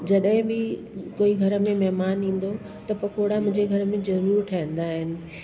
जॾहिं बि कोई घर में महिमानु ईंदो त पकोड़ा मुंहिंजे घर में ज़रूर ठहींदा आहिनि